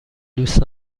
دوست